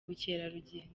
bukerarugendo